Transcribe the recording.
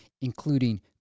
including